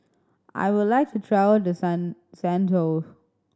I would like to travel to San Saint